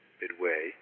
midway